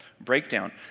breakdown